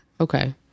Okay